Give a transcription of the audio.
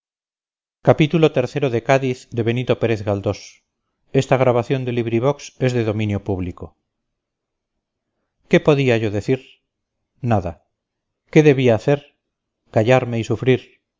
iii qué podía yo decir nada qué debía hacer callarme y sufrir